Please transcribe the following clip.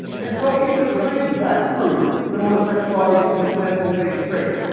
and so even if science does prove that homosexuality is a genetically based trait,